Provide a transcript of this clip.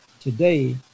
Today